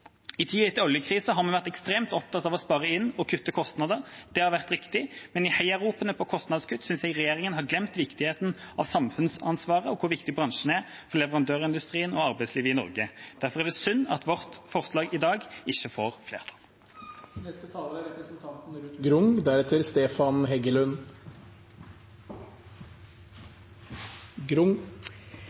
I tida etter oljekrisa har vi vært ekstremt opptatt av å spare inn og kutte kostnader. Det har vært riktig, men i heiaropene etter kostnadskutt synes jeg at regjeringa har glemt viktigheten av samfunnsansvaret og hvor viktig bransjen er for leverandørindustrien og arbeidslivet i Norge. Derfor er det synd at vårt forslag i dag ikke får